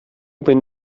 bin